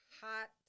hot